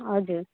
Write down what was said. हजुर